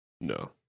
No